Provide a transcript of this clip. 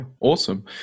Awesome